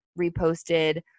reposted